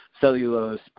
cellulose